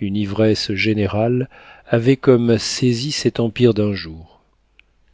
une ivresse générale avait comme saisi cet empire d'un jour